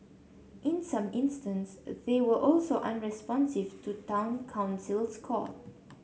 in some instances they were also unresponsive to Town Council's call